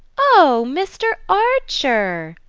oh, mr. archer!